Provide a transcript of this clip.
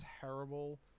terrible